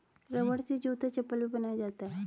रबड़ से जूता चप्पल भी बनाया जाता है